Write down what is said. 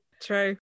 True